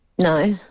No